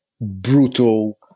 brutal